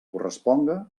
corresponga